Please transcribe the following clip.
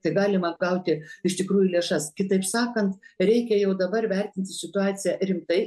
tai galima gauti iš tikrųjų lėšas kitaip sakant reikia jau dabar vertinti situaciją rimtai